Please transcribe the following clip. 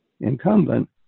incumbent